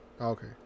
Okay